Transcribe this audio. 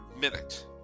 Minute